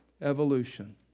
evolution